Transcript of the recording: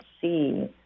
see